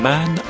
Man